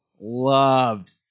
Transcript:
Loved